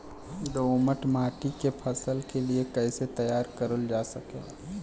दोमट माटी के फसल के लिए कैसे तैयार करल जा सकेला?